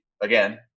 again